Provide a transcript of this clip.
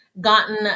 gotten